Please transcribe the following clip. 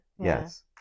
Yes